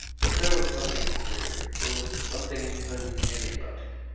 but there was something queer. there was something uncanny about him.